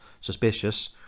suspicious